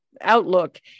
outlook